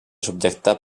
subjectar